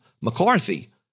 McCarthy